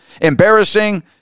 Embarrassing